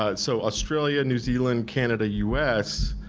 ah so australia, new zealand, canada, us.